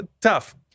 tough